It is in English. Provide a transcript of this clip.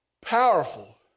powerful